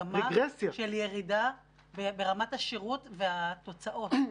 -- מגמה ברמת השירות והתוצאות.